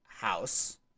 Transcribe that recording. house